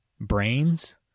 brains